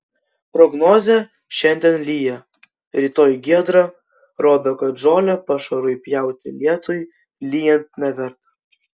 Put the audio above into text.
prognozė šiandien lyja rytoj giedra rodo kad žolę pašarui pjauti lietui lyjant neverta